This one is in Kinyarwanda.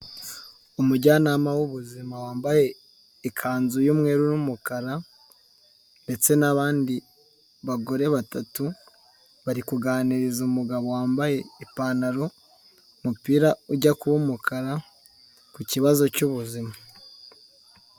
Umujyanama w'ubuzima wambaye ikanzu y'umweru n'umukara ndetse n'abandi bagore batatu, bari kuganiriza umugabo wambaye ipantaro, umupira ujya kuba umukara ku kibazo cy'ubuzima.